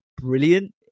brilliant